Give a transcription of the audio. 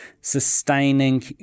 sustaining